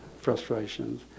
frustrations